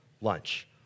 lunch